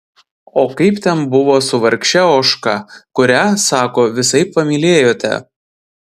o kaip ten buvo su vargše ožka kurią sako visaip pamylėjote